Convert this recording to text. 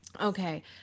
Okay